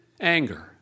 anger